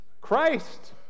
Christ